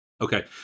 Okay